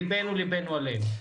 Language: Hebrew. ליבנו-ליבנו עליהם.